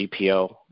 GPO